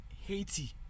Haiti